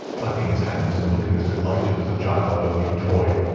clapping his hands, and looking as delighted as a child with a new toy.